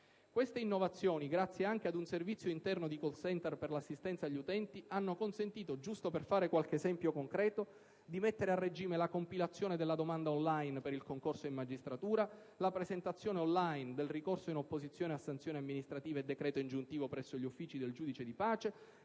Queste innovazioni, grazie anche ad un servizio interno di *call center* per l'assistenza agli utenti, hanno consentito - giusto per fare qualche esempio concreto - di mettere a regime la compilazione della domanda *on line* per il concorso in magistratura, la presentazione *on line* del ricorso in opposizione a sanzioni amministrative e a decreto ingiuntivo presso gli uffici del giudice di pace,